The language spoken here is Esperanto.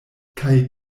kaj